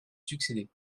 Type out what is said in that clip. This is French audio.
succéder